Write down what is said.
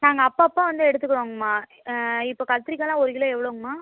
நாங்கள் அப்பப்போ வந்து எடுத்துக்கிறோங்கம்மா இப்போ கத்திரிக்காய்லாம் ஒரு கிலோ எவ்வளோங்கம்மா